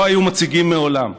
לא היו מציגים מעולם.